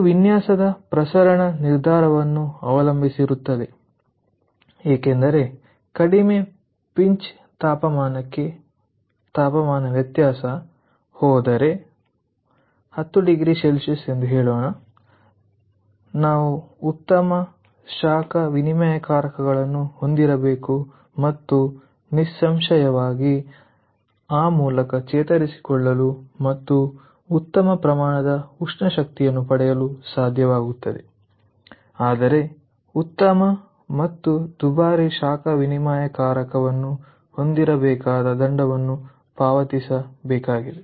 ಇದು ವಿನ್ಯಾಸ ಪ್ರಸರಣ ನಿರ್ಧಾರವನ್ನು ಅವಲಂಬಿಸಿರುತ್ತದೆ ಏಕೆಂದರೆ ಕಡಿಮೆ ಪಿಂಚ್ ತಾಪಮಾನಕ್ಕೆ ತಾಪಮಾನ ವ್ಯತ್ಯಾಸ ಹೋದರೆ 10oC ಎಂದು ಹೇಳೋಣ ನಾವು ಉತ್ತಮ ಶಾಖ ವಿನಿಮಯಕಾರಕಗಳನ್ನು ಹೊಂದಿರಬೇಕು ಮತ್ತು ನಿಸ್ಸಂಶಯವಾಗಿ ಆ ಮೂಲಕ ಚೇತರಿಸಿಕೊಳ್ಳಲು ಮತ್ತು ಉತ್ತಮ ಪ್ರಮಾಣದ ಉಷ್ಣ ಶಕ್ತಿಯನ್ನು ಪಡೆಯಲು ಸಾಧ್ಯವಾಗುತ್ತದೆ ಆದರೆ ಉತ್ತಮ ಮತ್ತು ದುಬಾರಿ ಶಾಖ ವಿನಿಮಯಕಾರಕವನ್ನು ಹೊಂದಿರಬೇಕಾದ ದಂಡವನ್ನು ಪಾವತಿಸಬೇಕಾಗಿದೆ